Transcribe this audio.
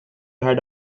had